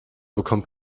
bekommt